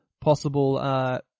possible